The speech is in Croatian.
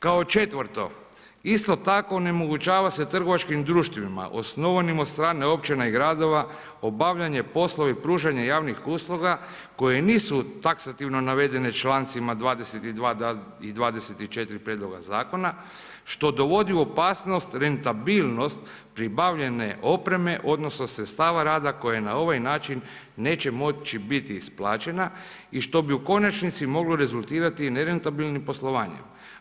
Kao 4 isto tako onemogućava se trgovačkim društvima, osnovanim od strane općina i gradova, obavljanja poslove i pružanje javnih usluga, koje nisu taksativno navedene članicama 22. i 24. prijedloga zakona, što dovodi u opasnost rentabilnost pribavljanje opreme, odnosno, sredstava rada koji na ovaj način, neće moći biti isplaćena i što bi u konačnici moglo rezultirati i nerentabilnim poslovanjem.